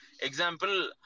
Example